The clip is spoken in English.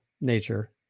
nature